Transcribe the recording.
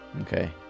Okay